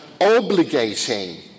obligating